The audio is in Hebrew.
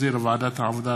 שהחזירה ועדת העבודה,